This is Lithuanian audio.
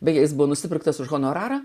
beje jis buvo nusipirktas už honorarą